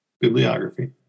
bibliography